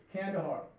Kandahar